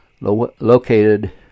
located